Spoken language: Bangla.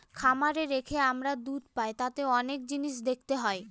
খামারে রেখে আমরা দুধ পাই তাতে অনেক জিনিস দেখতে হয়